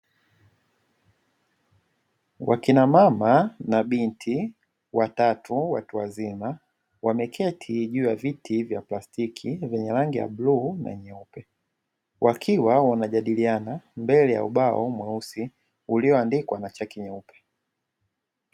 Wakina mama na binti watatu watu wazima wameketi juu ya viti vya plastiki vyenye rangi ya bluu na nyeupe, wakiwa wanajadiliana mbele ya ubao mweusi ulioandikwa na chaki nyeupe.